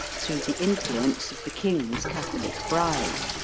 through the influence of the king's catholic bride.